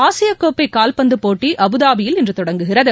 ஆசியக்கோப்பை கால்பந்து போட்டி அபுதாபியில் இன்று தொடங்குகிறது